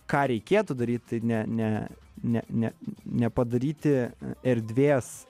ką reikėtų daryt tai ne ne ne ne nepadaryti erdvės